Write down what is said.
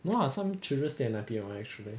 no lah some children sleep at nine P_M [one] actually